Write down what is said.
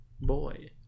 boy